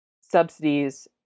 subsidies